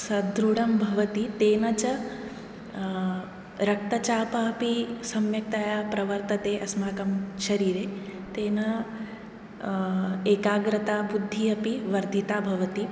सदृढं भवति तेन च रक्तचापः अपि सम्यक्तया प्रवर्तते अस्माकं शरीरे तेन एकाग्रता बुद्धिः अपि वर्धिता भवति